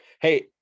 hey